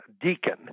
deacon